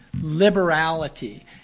liberality